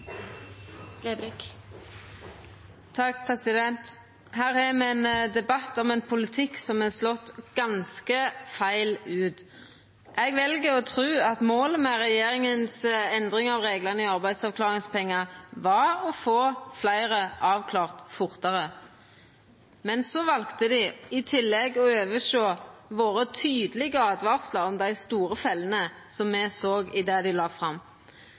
refererte til. Her har me ein debatt om ein politikk som har slått ganske feil ut. Eg vel å tru at målet med endringane regjeringa gjer i reglane for arbeidsavklaringspengar, er å få fleire avklara fortare. Men så valde dei å oversjå dei tydelege åtvaringane våre om dei store fellene som me såg i det dei la fram.